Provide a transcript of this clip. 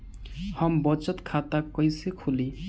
हम बचत खाता कईसे खोली?